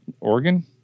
Oregon